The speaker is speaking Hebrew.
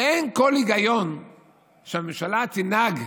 אין כל היגיון שהממשלה תנהג,